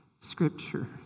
scripture